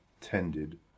tended